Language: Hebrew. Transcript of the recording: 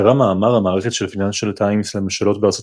קרא מאמר המערכת של פיננשל טיימס לממשלות בארצות